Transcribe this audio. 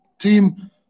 team